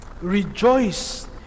rejoice